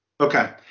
Okay